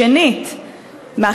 שאלה